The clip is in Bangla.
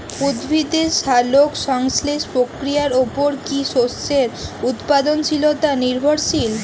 উদ্ভিদের সালোক সংশ্লেষ প্রক্রিয়ার উপর কী শস্যের উৎপাদনশীলতা নির্ভরশীল?